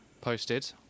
posted